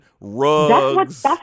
rugs